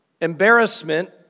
Embarrassment